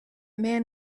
man